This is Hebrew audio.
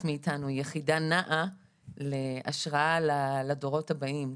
מאיתנו היא יחידה נעה להשראה לדורות הבאים,